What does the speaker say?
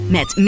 Met